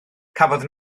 cafodd